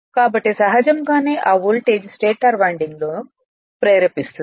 కాబట్టి సహజంగానే ఆ వోల్టేజ్ ను స్టేటర్ వైండింగ్లో ప్రేరేపిస్తుంది